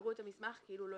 יראו את המסמך כאילו לא